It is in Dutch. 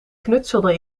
knutselde